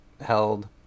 held